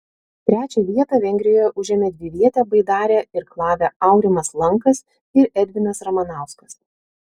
trečią vietą vengrijoje užėmė dvivietę baidarę irklavę aurimas lankas ir edvinas ramanauskas